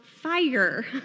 fire